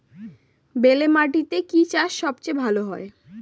বেলে মাটিতে কি চাষ সবচেয়ে ভালো হয়?